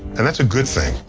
and that's a good thing.